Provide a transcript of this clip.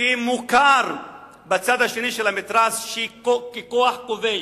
שמוכר בצד השני של המתרס ככוח כובש,